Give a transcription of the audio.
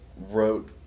wrote